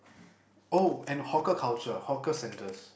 oh and hawker culture hawker centres